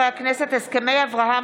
מאת חברי הכנסת יאיר לפיד,